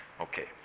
Okay